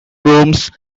rooms